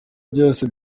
byose